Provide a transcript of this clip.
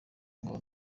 ngo